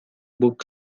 book